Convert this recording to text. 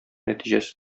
нәтиҗәсе